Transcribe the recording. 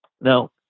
Now